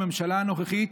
בממשלה הנוכחית,